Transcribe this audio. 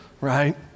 right